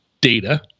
Data